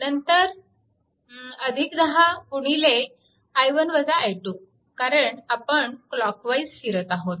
नंतर 10 गुणिले कारण आपण क्लॉकवाईज फिरत आहोत